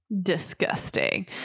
disgusting